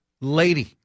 lady